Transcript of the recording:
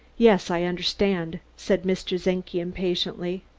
yes, i understand, said mr. czenki impatiently.